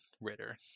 Ritter